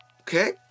Okay